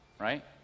Right